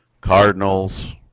Cardinals